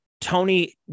Tony